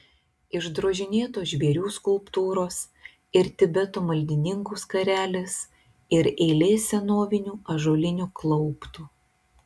išdrožinėtos žvėrių skulptūros ir tibeto maldininkų skarelės ir eilė senovinių ąžuolinių klauptų